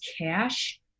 cash